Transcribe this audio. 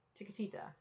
Chiquitita